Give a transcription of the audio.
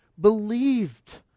believed